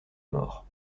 mort